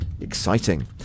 Exciting